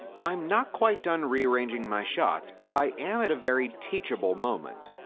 i'm not quite done rearranging my shots, but i am at a very teachable moment.